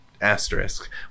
asterisk